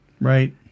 Right